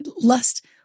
lust